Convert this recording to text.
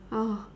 oh